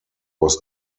was